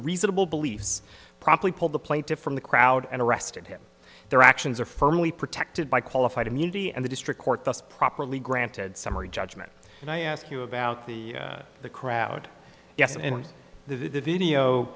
reasonable beliefs promptly pulled the plaintiffs from the crowd and arrested him their actions are firmly protected by qualified immunity and the district court thus properly granted summary judgment and i ask you about the the crowd yes and the video